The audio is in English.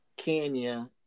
Kenya